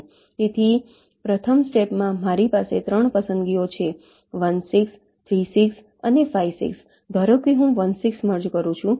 તેથી પ્રથમ સ્ટેપમાં મારી પાસે 3 પસંદગીઓ છે 1 6 3 6 અને 5 6 ધારો કે હું 1 6 મર્જ કરું છું